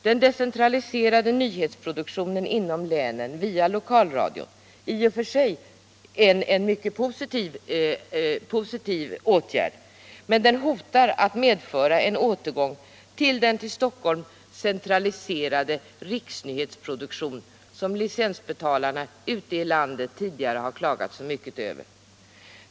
Den decentraliserade nyhetsbevakningen inom länen via lokalradion är i och för sig mycket positiv. Men den hotar att medföra en återgång till den till Stockholm centraliserade riksnyhetsförmedling som licensbetalarna ute i landet tidigare klagat så mycket över.